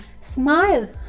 smile